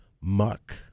muck